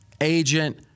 agent